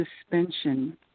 suspension